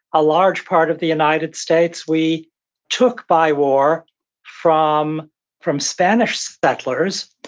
a large part of the united states, we took by war from from spanish settlers,